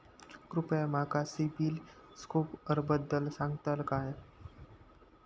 कृपया माका सिबिल स्कोअरबद्दल सांगताल का?